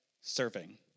serving